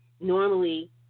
normally